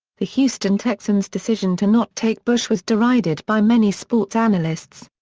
the houston texans' decision to not take bush was derided by many sports analysts.